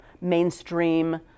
mainstream